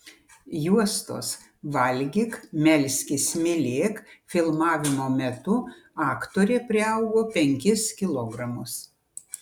juostos valgyk melskis mylėk filmavimo metu aktorė priaugo penkis kilogramus